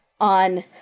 on